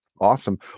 Awesome